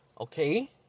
okay